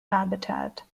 habitat